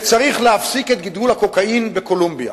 וצריך להפסיק את גידול הקוקאין בקולומביה.